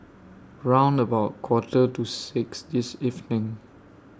round about A Quarter to six This evening